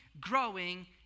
growing